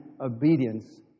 obedience